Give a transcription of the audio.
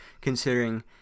considering